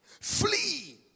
Flee